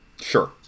Sure